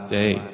day